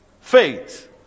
faith